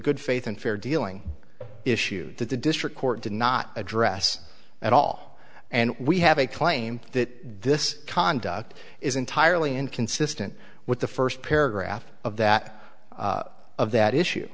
good faith and fair dealing issues that the district court did not address at all and we have a claim that this conduct is entirely inconsistent with the first paragraph of that of that issue